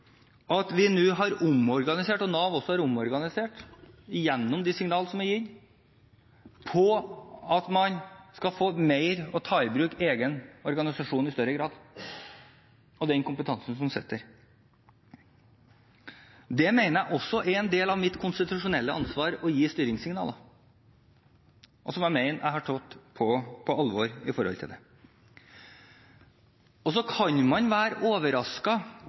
at vi nå har omorganisert, og at Nav også har omorganisert, gjennom de signalene som er gitt om at man i større grad skal ta i bruk den kompetansen som sitter i egen organisasjon. Å gi styringssignaler er også en del av mitt konstitusjonelle ansvar, og jeg mener jeg har tatt det på alvor. Man kan være overrasket over at man